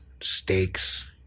steaks